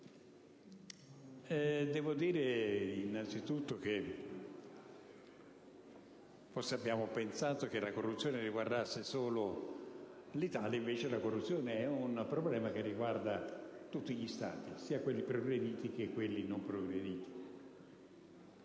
devo dire innanzi tutto che forse abbiamo pensato che la corruzione riguardasse solo l'Italia, invece è un problema che riguarda tutti gli Stati, sia quelli progrediti che quelli non progrediti.